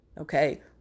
Okay